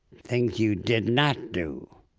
things you did not do